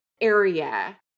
area